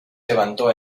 levantó